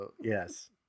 Yes